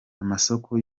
amasoko